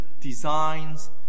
designs